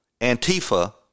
Antifa